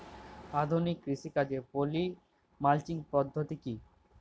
আধুনিক কৃষিকাজে poly mulching পদ্ধতি কি?